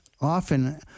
often